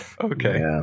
Okay